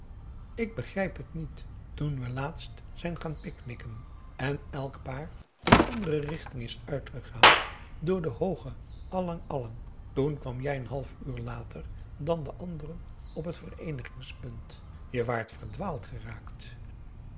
ik begrijp het niet toen we laatst zijn gaan picknicken en elk paar een andere richting is uitgegaan door de hooge alang-alang toen kwam jij een half uur later dan de anderen op het vereenigingspunt je waart verdwaald geraakt